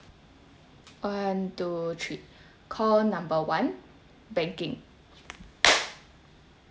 one two three call number one banking